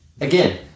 again